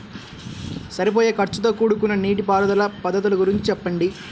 సరిపోయే ఖర్చుతో కూడుకున్న నీటిపారుదల పద్ధతుల గురించి చెప్పండి?